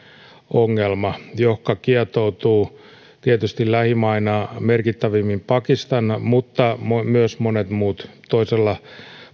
ongelma joka kietoutuu tietysti lähimaina merkittävimmin pakistaniin mutta myös moniin muihin toisella